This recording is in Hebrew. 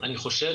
אני חושב,